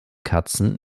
katzen